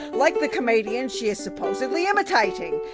like the comedian she is supposedly imitating.